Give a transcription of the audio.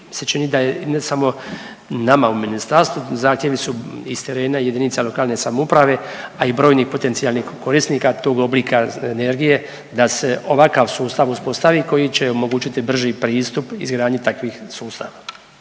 se čini da je ne samo nama u ministarstvu, zahtjevi su i iz terena JLS, a i brojnih potencijalnih korisnika tog oblika energije da se ovakav sustav uspostavi koji će omogućiti brži pristup izgradnji takvih sustava.